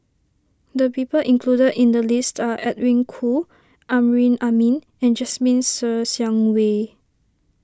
the people included in the list are Edwin Koo Amrin Amin and Jasmine Ser Xiang Wei